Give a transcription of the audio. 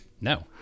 No